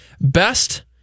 best